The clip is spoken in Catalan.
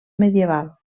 medieval